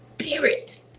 spirit